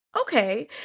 okay